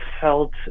felt